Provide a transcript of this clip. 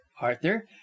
arthur